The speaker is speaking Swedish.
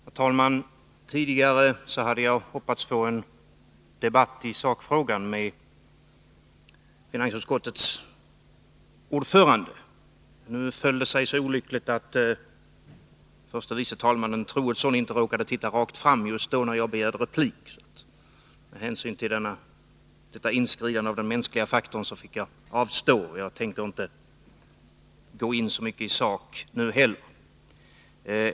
Herr talman! Jag hoppades tidigare få en debatt i sakfrågan med finansutskottets ordförande. Nu föll det sig så olyckligt att förste vice talmannen Troedsson råkade inte titta rakt fram just när jag begärde replik. Med hänsyn till detta inskridande av den mänskliga faktorn fick jag avstå från min replik, och jag tänker inte heller nu särskilt mycket ta upp en sakdebatt.